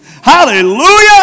Hallelujah